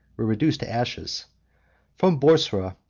were reduced to ashes from boursa,